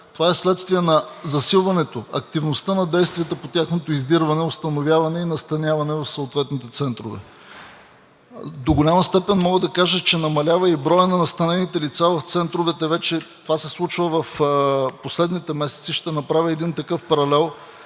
това е следствие на засилването, активността на действията по тяхното издирване, установяване и настаняване в съответните центрове. До голяма степен мога да кажа, че намалява и броят на настанените лица в центровете вече, това се случва в последните месеци. Ще направя един такъв паралел